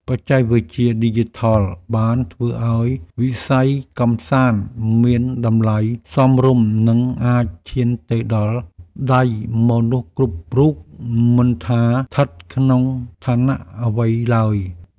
បច្ចេកវិទ្យាឌីជីថលបានធ្វើឱ្យវិស័យកម្សាន្តមានតម្លៃសមរម្យនិងអាចឈានទៅដល់ដៃមនុស្សគ្រប់រូបមិនថាស្ថិតក្នុងឋានៈអ្វីឡើយ។